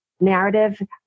narrative